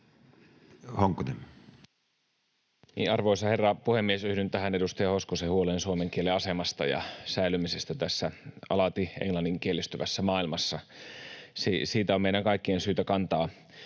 Arvoisa herra puhemies! Yhdyn tähän edustaja Hoskosen huoleen suomen kielen asemasta ja säilymisestä tässä alati englanninkielistyvässä maailmassa. Siitä on meidän kaikkien syytä kantaa